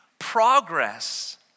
Progress